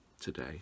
today